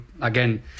again